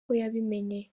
yabimenye